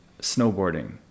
snowboarding